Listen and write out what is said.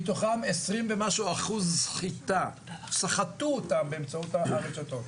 מתוכם 20% ומשהו סחיטה, סחטו אותם באמצעות הרשתות.